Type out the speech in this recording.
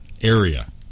area